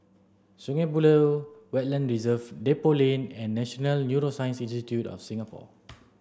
Sungei Buloh Wetland Reserve Depot Lane and National Neuroscience Institute of Singapore